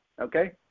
Okay